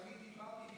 כשאני דיברתי,